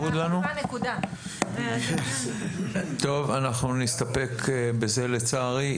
--- טוב אנחנו נסתפק בזה לצערי.